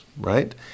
right